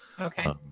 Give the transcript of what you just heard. okay